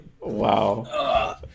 wow